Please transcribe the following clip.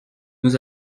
nous